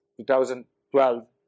2012